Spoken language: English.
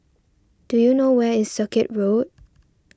do you know where is Circuit Road